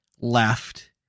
left